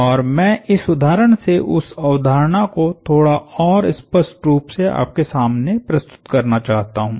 और मैं इस उदाहरण से उस अवधारणा को थोड़ा और स्पष्ट रूप से आपके सामने प्रस्तुत करना चाहता हूं